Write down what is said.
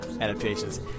adaptations